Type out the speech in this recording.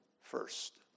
first